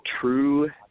true